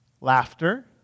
Laughter